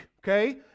okay